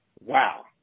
wow